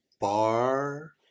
Bar